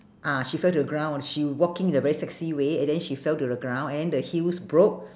ah she fell to the ground she walking in a very sexy way and then she fell to the ground and then the heels broke